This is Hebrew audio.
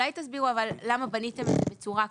אולי תסבירו למה בניתם את זה בצורה כזאת,